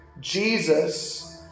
Jesus